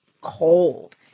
cold